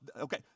Okay